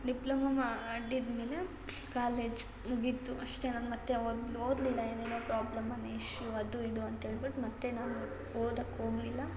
diploma ಮಾಡಿದ ಮೇಲೆ college ಮುಗಿಯಿತು ಅಷ್ಟೇ ನಾನು ಮತ್ತೆ ಯಾವಾಗಲೂ ಓದಲಿಲ್ಲ ಏನೇನೋ ಪ್ರೋಬ್ಲಮ್ ಮನೆ ಇಶ್ಯೂ ಅದು ಇದು ಅಂತೇಳ್ಬಿಟ್ಟು ಮತ್ತೆ ನಾನು ಓದಕ್ಕೋಗಲಿಲ್ಲ